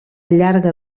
llarga